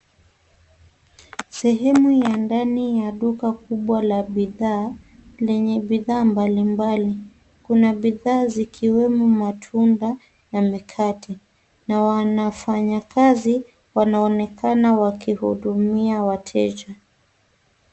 Sehemu ya ndani ya duka kubwa la bidhaa lenye bidhaa mbalimbali. Kuna bidhaa zikiwemo matunda na mikate, na wafanyikazi wanaonekana wakihudumia wateja.